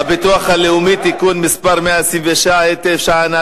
השר ביקש פנים, וזה הגנה על